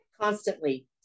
constantly